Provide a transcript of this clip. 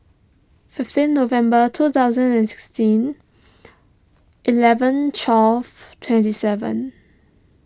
fifteen November two thousand and sixteen eleven twelve twenty seven